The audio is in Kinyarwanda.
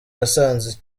yasanze